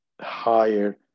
higher